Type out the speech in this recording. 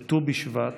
בט"ו בשבט,